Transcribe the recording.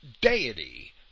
deity